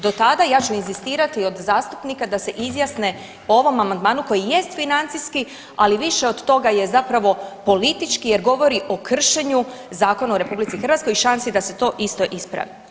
Do tada ja ću inzistirati od zastupnika da se izjasne o ovom amandmanu koji jest financijski ali više od toga je zapravo politički jer govori o kršenju zakona u RH i šansi da se to isto ispravi.